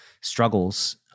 struggles